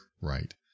right